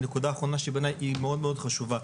ונקודה אחרונה שבעיניי היא מאוד מאוד חשובה,